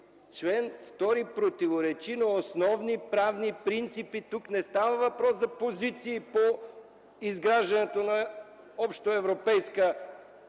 Член 2 противоречи на основни правни принципи! Тук не става въпрос за позиции по изграждането на общоевропейска